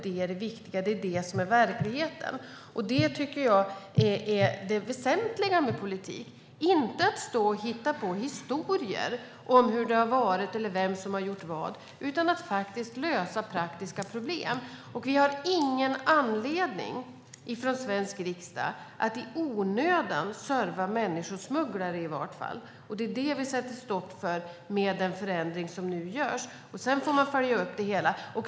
Det är det viktiga - det är verkligheten. Det väsentliga med politik är inte att stå och hitta på historier om hur det har varit eller vem som har gjort vad, utan det är att faktiskt lösa praktiska problem. Vi har ingen anledning från svensk riksdag att i onödan serva människosmugglare. Det är det som vi sätter stopp för med den förändring som nu görs. Sedan får man följa upp det hela.